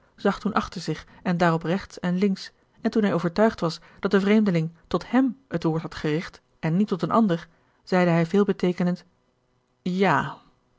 zag toen achter zich en daarop rechts en links en toen hij overtuigd was dat de vreemdeling tot hem het woord had gericht en niet tot een ander zeide hij veel beteekenend ja